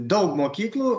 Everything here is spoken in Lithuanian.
daug mokyklų